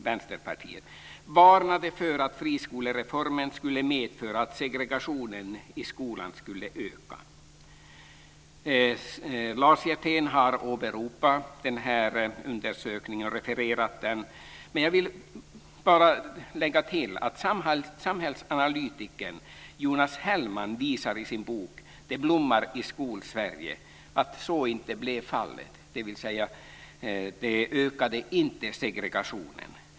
Vänsterpartiet, varnade för att friskolereformen skulle medföra att segregationen i skolan skulle öka. Lars Hjertén har åberopat den här undersökningen och refererat den. Jag vill bara lägga till att samhällsanalytikern Jonas Hellman i sin bok Det blommar i Skolsverige visar att så inte blev fallet, dvs. det ökade inte segregationen.